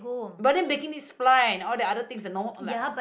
but then baking needs flour and all the other things no like